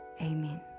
Amen